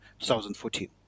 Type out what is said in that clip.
2014